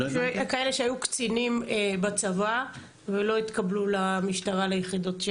כאלה שהיו קצינים בצבא ולא התקבלו למשטרה ליחידות?